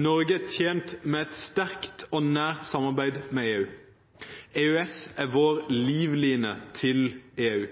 Norge er tjent med et sterkt og nært samarbeid med EU. EØS er vår livline til EU.